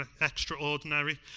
extraordinary